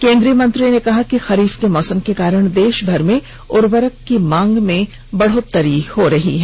केंद्रीय मंत्री ने कहा कि खरीफ के मौसम के कारण देशभर मेंउर्वरक की मांग में इजाफा हो रहा है